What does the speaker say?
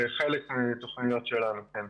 אנחנו מתכננים להמשיך לטפל בזה בעתיד ביחד